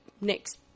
next